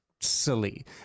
silly